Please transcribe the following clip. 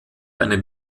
eine